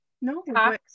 No